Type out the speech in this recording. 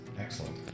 Excellent